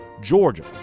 georgia